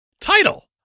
title